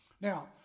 Now